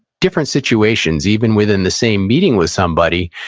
different situations, even within the same meeting with somebody,